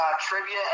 trivia